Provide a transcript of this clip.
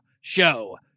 Show